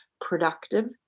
productive